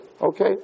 Okay